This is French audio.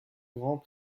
grand